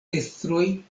estroj